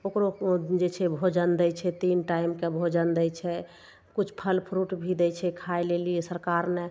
ओकरो जे छै भोजन दै छै तीन टाइमके भोजन दै छै किछु फल फ्रूट भी दै छै खाय लेल सरकार